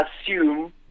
assume